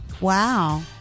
Wow